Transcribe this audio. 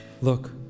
Look